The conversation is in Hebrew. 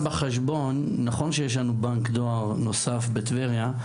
נכון שיש לנו בנק דואר נוסף בטבריה,